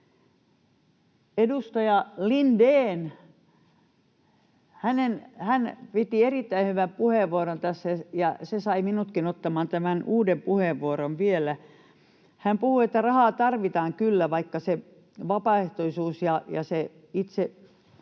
edustaja Lindén. Hän piti erittäin hyvän puheenvuoron tässä, ja se sai minutkin ottamaan tämän uuden puheenvuoron vielä. Hän puhui, että rahaa tarvitaan — kyllä, vaikka sen vapaaehtoisuuden ja sen